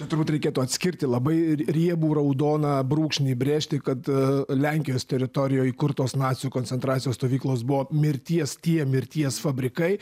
turbūt reikėtų atskirti labai riebų raudoną brūkšnį brėžti kad lenkijos teritorijoj įkurtos nacių koncentracijos stovyklos buvo mirties tie mirties fabrikai